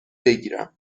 بگیرم